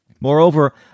Moreover